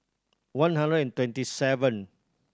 one hundred and twenty seven